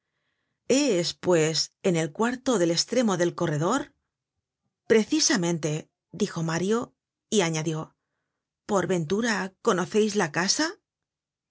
es pues en el cuarto del estremo del corredor precisamente dijo mario y añadió por ventura conoceis la casa